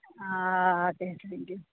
ആ okay thank you